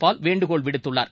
பால் வேண்டுகோள் விடுத்துள்ளார்